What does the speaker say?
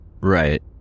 Right